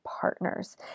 partners